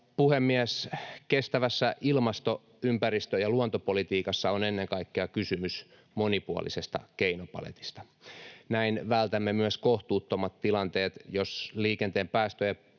puhemies! Kestävässä ilmasto-, ympäristö- ja luontopolitiikassa on ennen kaikkea kysymys monipuolisesta keinopaletista. Näin vältämme myös kohtuuttomat tilanteet. Jos liikenteen päästöjä